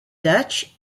dutch